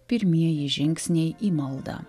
pirmieji žingsniai į maldą